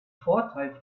vorteil